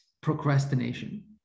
procrastination